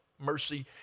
mercy